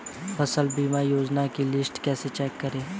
फसल बीमा योजना की लिस्ट कैसे चेक करें?